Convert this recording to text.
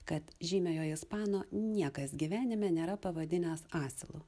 kad žymiojo ispano niekas gyvenime nėra pavadinęs asilu